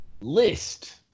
list